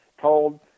told